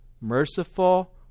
merciful